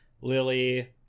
Lily